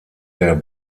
der